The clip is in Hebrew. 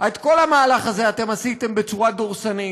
את כל המהלך הזה אתם עשיתם בצורה דורסנית,